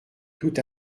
tout